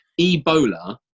Ebola